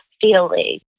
feeling